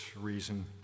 reason